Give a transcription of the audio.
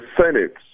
Senate